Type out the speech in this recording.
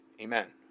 Amen